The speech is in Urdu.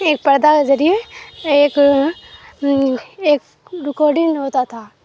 ایک پردہ کے ذریعے ایک ایک رکورڈنگ ہوتا تھا